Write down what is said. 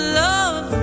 love